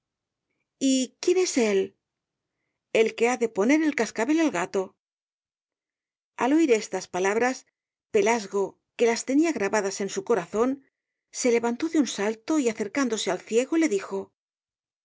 y quién es él el que ha de poner el cascabel al gato al oir estas palabras pelasgo que las tenía grabadas en su corazón se levantó de un salto y acercándose al ciego le dijo